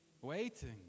Waiting